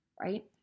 right